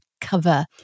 cover